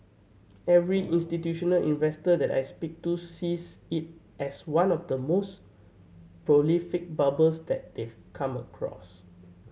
every institutional investor that I speak to sees it as one of the most prolific bubbles that they've come across